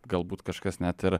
galbūt kažkas net ir